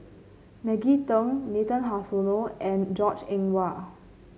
Maggie Teng Nathan Hartono and Goh Eng Wah